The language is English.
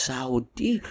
Saudi